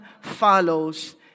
follows